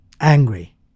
angry